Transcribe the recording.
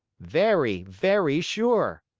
very, very sure!